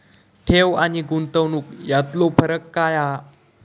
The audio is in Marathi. ठेव आनी गुंतवणूक यातलो फरक काय हा?